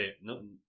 no